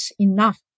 enough